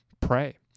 pray